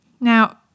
Now